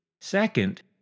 Second